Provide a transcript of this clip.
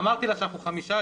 איתן, אמרתי לה שאנחנו חמישה.